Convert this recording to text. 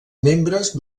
membres